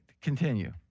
Continue